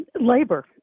labor